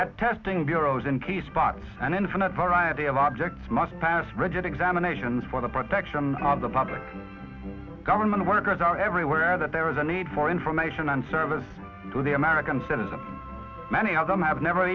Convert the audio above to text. weather testing bureaus in case spots an infinite variety of logics must pass rigid examinations for the protection of the public government workers are everywhere that there is a need for information and service to the american citizen many of them have never